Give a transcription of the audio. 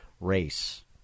race